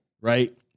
Right